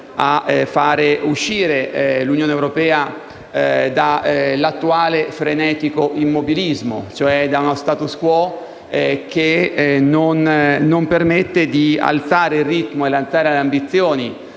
a far uscire l'Unione europea dall'attuale frenetico immobilismo, cioè da uno *status quo* che non permette di alzare il ritmo e di alzare le ambizioni